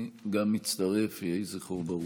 אני מצטרף, יהי זכרו ברוך.